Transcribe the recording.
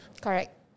Correct